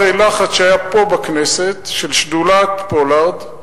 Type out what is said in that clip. אחרי לחץ שהיה פה בכנסת של שדולת פולארד,